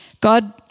God